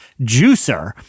juicer